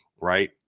Right